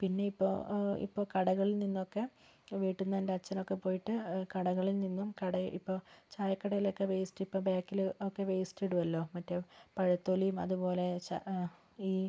പിന്നെ ഇപ്പോൾ ഇപ്പം കടകളിൽ നിന്നൊക്കെ വീട്ടിൽ നിന്ന് എൻ്റെ അച്ഛൻ ഒക്കെ പോയിട്ട് കടകളിൽ നിന്നും ഇപ്പം ചായ കടയിലൊക്കെ വേസ്റ്റ് ഇപ്പം ബാക്കിലൊക്കെ വേസ്റ്റ് ഇടുമല്ലോ മറ്റേ പഴ തൊലിയും അതുപോലെ ചാ ഈ